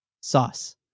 Sauce